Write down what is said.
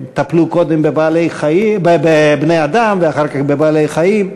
טפלו קודם בבני-אדם ואחר כך בבעלי-חיים.